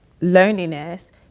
loneliness